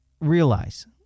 realize